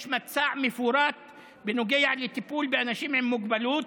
יש מצע מפורט בנוגע לטיפול באנשים עם מוגבלות.